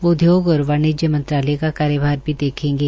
वो उदयोग और वाणिज्य मंत्रालय कार्यभार भी देखेंगे